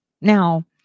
Now